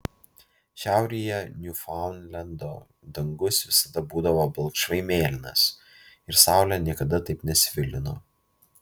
šiaurėje niufaundlendo dangus visada būdavo balkšvai mėlynas ir saulė niekada taip nesvilino